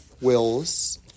wills